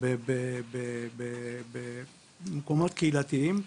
ובמקומות קהילתיים,